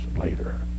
later